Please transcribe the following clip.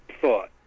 thought